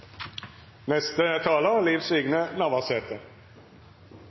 Neste taler